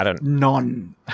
none